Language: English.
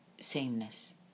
sameness